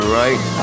right